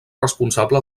responsable